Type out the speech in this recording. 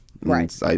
Right